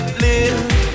live